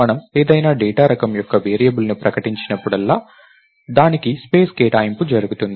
మనం ఏదైనా డేటా రకం యొక్క వేరియబుల్ని ప్రకటించినప్పుడల్లా దానికి స్పేస్ కేటాయింపు జరుగుతుంది